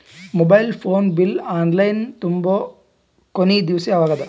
Mobile phone bill online ತುಂಬೊ ಕೊನಿ ದಿವಸ ಯಾವಗದ?